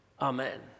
amen